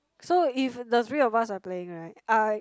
so if the three of us are playing right I